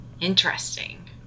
Interesting